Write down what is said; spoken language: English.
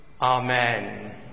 Amen